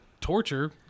torture